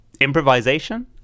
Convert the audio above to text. improvisation